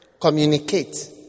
Communicate